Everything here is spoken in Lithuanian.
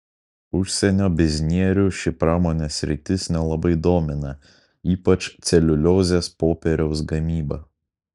užsienio biznierių ši pramonės sritis nelabai domina ypač celiuliozės popieriaus gamyba